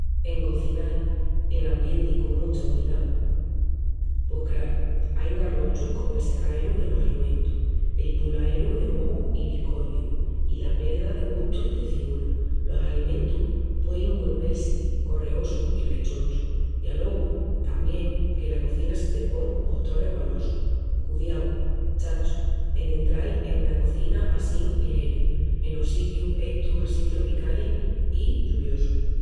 En cozinal en ambientis con mucha umidá, pos, craru, ain garronchus comu el secaeru delos alimentus, el pulaeru de mohus i biscorbius, i la perda de gustu i teciúra. Los alimentus puein golvel-si correosus i rechonchus. I alogu tamién que la cozina se te pon pos tó resbalosu. Cudiau, chacho, en entral ena cozina assín ligeru enos sitius estus assín tropicalis i lloviosus.